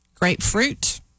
grapefruit